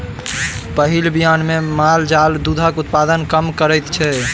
पहिल बियान मे माल जाल दूधक उत्पादन कम करैत छै